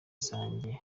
zanjye